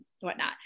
whatnot